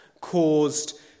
caused